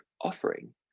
offering